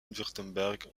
wurtemberg